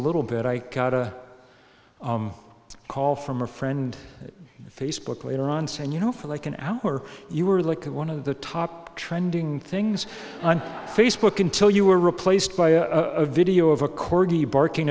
little bit i got a call from a friend facebook later on and you know for like an hour you were like one of the top trending things on facebook until you were replaced by a video of a corgi barking